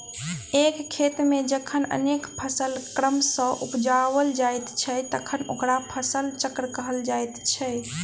एक खेत मे जखन अनेक फसिल क्रम सॅ उपजाओल जाइत छै तखन ओकरा फसिल चक्र कहल जाइत छै